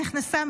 היא נכנסה,